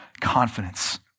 confidence